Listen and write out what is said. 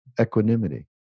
equanimity